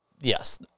Yes